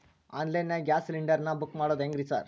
Online ನಾಗ gas cylinder ನಾ book ಮಾಡೋದ್ ಹೆಂಗ್ರಿ ಸಾರ್?